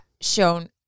shown